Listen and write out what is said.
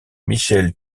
michel